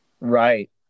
Right